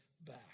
back